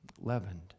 leavened